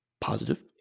positive